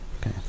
Okay